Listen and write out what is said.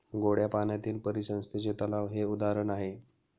गोड्या पाण्यातील परिसंस्थेचे तलाव हे उदाहरण आहे